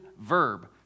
verb